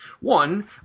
One